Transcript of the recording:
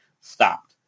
stopped